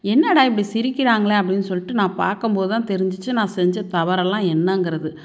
என்னடா இப்படி சிரிக்கிறாங்களே அப்படின்னு சொல்லிட்டு நான் பார்க்கும் போது தான் தெரிஞ்சுச்சி நான் செஞ்ச தவறெல்லாம் என்னங்கிறது